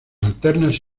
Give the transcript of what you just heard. alternas